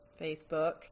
Facebook